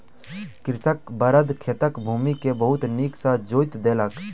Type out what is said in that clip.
कृषकक बड़द खेतक भूमि के बहुत नीक सॅ जोईत देलक